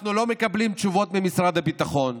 אנחנו לא מקבלים תשובות ממשרד הביטחון.